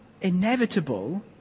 inevitable